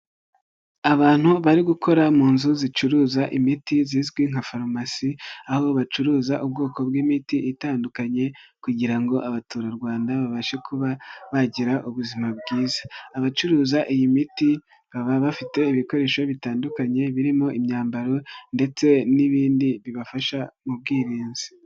Abantu bari gukora mu nzu zicuruza imiti zizwi nka farumasi aho bacuruza ubwoko bw'imiti itandukanye kugira ngo abaturarwanda babashe kuba bagira ubuzima bwiza, abacuruza iyi miti baba bafite ibikoresho bitandukanye birimo imyambaro ndetse n'ibindi bibafasha mu bwirinzi.